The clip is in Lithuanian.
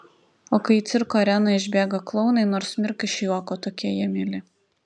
o kai į cirko areną išbėga klounai nors mirk iš juoko tokie jie mieli